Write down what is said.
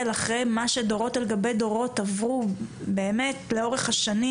אחרי מה שדורות על גבי דורות עברו באמת לאורך השנים.